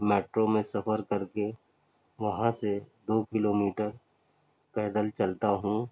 metro میں سفر کر کے وہاں سے دو کلو میٹر پیدل چلتا ہوں